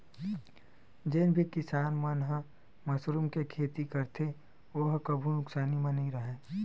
जेन भी किसान मन ह मसरूम के खेती करथे ओ ह कभू नुकसानी म नइ राहय